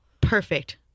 Perfect